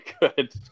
Good